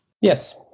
Yes